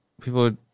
People